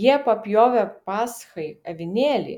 jie papjovė paschai avinėlį